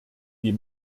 die